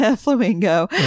Flamingo